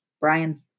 Brian